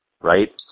right